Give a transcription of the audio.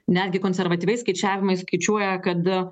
netgi konservatyviais skaičiavimais skaičiuoja kad